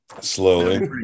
Slowly